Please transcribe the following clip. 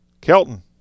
kelton